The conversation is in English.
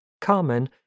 Carmen